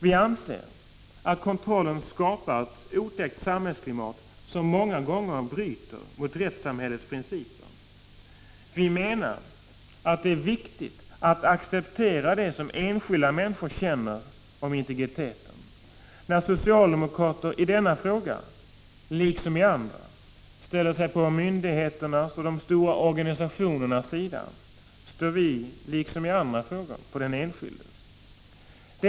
Vi anser att kontrollen skapar ett otäckt samhällskli 83 mat och att man många gånger bryter mot rättssamhällets principer. Vi menar att det är viktigt att acceptera det som enskilda människor känner i fråga om integriteten. När socialdemokrater i denna fråga, liksom i andra, ställer sig på myndigheternas och de stora organisationernas sida står vi, liksom i andra frågor, på den enskildes sida.